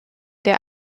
der